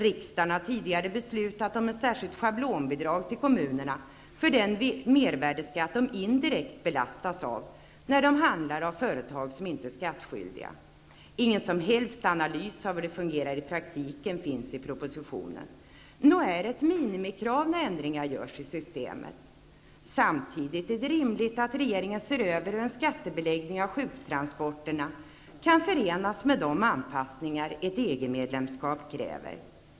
Riksdagen har tidigare beslutat om ett särskilt schablonbidrag till kommunerna för den mervärdesskatt som de indirekt belastas av när de handlar av företag som inte är skattskyldiga. Ingen som helst analys av hur det fungerar i praktiken finns i propositionen. Nog är det ett minimikrav när ändringar görs i systemet. Samtidigt är det rimligt att regeringen ser över hur en skattebeläggning av sjuktransporterna kan förenas med de anpassningar ett EG-medlemskap kräver.